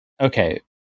Okay